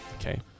Okay